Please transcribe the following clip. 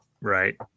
Right